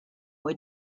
were